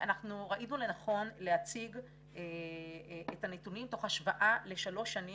אנחנו ראינו לנכון להציג את הנתונים תוך השוואה לשלוש השנים